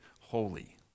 holy